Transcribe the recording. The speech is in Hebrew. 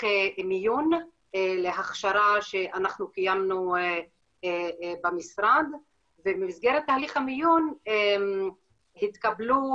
מיון להכשרה שאנחנו קיימנו במשרד ובמסגרת תהליך המיון התקבלו